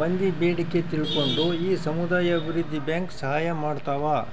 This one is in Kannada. ಮಂದಿ ಬೇಡಿಕೆ ತಿಳ್ಕೊಂಡು ಈ ಸಮುದಾಯ ಅಭಿವೃದ್ಧಿ ಬ್ಯಾಂಕ್ ಸಹಾಯ ಮಾಡ್ತಾವ